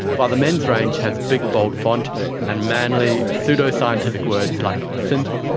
while the men's range has big bold font and manly pseudo-scientific words like synth,